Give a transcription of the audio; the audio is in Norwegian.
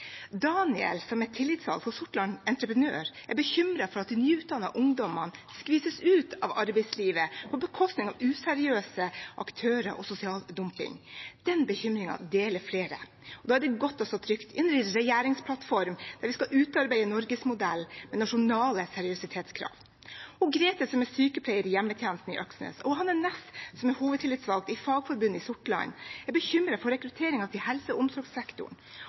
Daniel, som er tillitsvalgt for Sortland Entreprenør, er bekymret for at de nyutdannede ungdommene skvises ut av arbeidslivet på bekostning av useriøse aktører og sosial dumping. Den bekymringen deler flere. Da er det godt å stå trygt i en regjeringsplattform der vi skal utarbeide en norgesmodell med nasjonale seriøsitetskrav. Grete, som er sykepleier i hjemmetjenesten i Øksnes, og Hanne Næss, som er hovedtillitsvalgt i Fagforbundet Sortland, er bekymret for rekrutteringen til helse- og omsorgssektoren.